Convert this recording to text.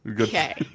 okay